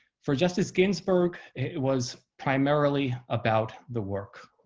for justice ginsburg, it was primarily about the work.